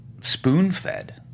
spoon-fed